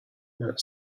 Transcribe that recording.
that